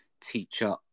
teacher